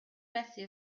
bessie